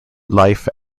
life